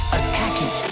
attacking